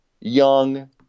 Young